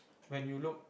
when you look